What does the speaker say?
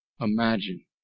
imagine